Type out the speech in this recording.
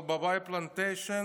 אבל בוואי פלנטיישן